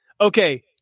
Okay